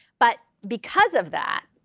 but because of that,